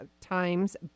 Times